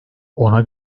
ona